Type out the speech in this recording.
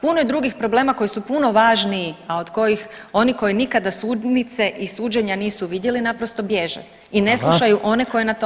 Puno je drugih problema koji su puno važniji, a od kojih oni koji nikada sudnice i suđenja nisu vidjeli naprosto bježe i ne slušaju one koji na tome rade.